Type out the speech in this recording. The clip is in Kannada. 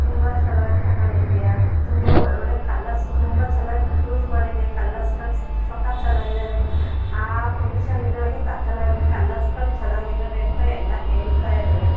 ತುಂಬ ಚೆನ್ನಾಗಿ ತಗೊಂಡಿದೆಯಾ ತುಂಬ ಒಳ್ಳೊಳ್ಳೆ ಕಲ್ಲರ್ಸು ತುಂಬ ಚೆನ್ನಾಗಿ ಚೂಸ್ ಮಾಡಿದೆಯಾ ಕಲ್ಲರ್ಸ್ಗಳು ಸಕತ್ ಚೆನ್ನಾಗಿದ್ದಾವೆ ಆ ಪಂಕ್ಷನ್ಗಳಿಗೆ ತಕ್ಕನಾಗಿ ಕಲ್ಲರ್ಸ್ಗಳು ಚೆನ್ನಾಗಿದ್ದಾವೆ ಅಂತ ಎಲ್ಲ ಹೇಳ್ತಾಯಿದ್ರು